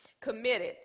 committed